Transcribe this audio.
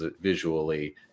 visually